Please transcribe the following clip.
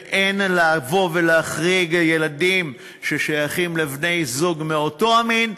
ואין להחריג ילדים ששייכים לבני-זוג מאותו המין,